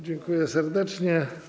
Dziękuję serdecznie.